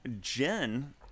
Jen